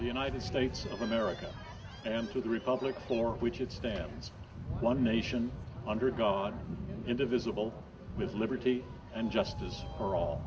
the united states of america and to the republic for which it stands one nation under god indivisible with liberty and justice for all